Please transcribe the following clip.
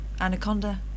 Anaconda